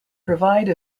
provide